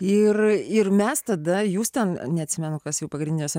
ir ir mes tada jūs ten neatsimenu kas jau pagrindinės